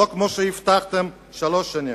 לא כמו שהבטחתם, שלוש שנים.